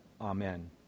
Amen